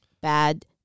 bad